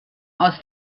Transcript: aus